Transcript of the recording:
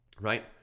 right